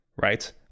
Right